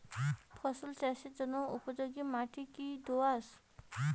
ফসল চাষের জন্য উপযোগি মাটি কী দোআঁশ?